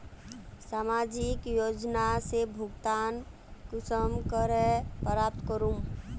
सामाजिक योजना से भुगतान कुंसम करे प्राप्त करूम?